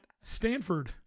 Stanford